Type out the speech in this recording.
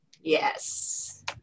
Yes